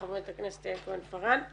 בבקשה, חברת הכנסת יעל כהן-פארן.